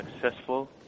successful